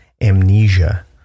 amnesia